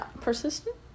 persistent